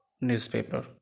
newspaper